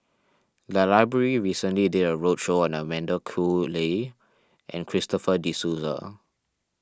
the library recently did a roadshow on Amanda Koe Lee and Christopher De Souza